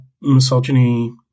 misogyny